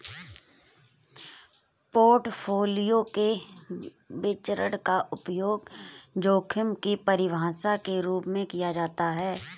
portfolio के विचरण का उपयोग जोखिम की परिभाषा के रूप में किया जाता है